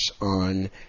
on